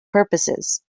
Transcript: purposes